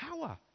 power